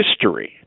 history